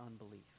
unbelief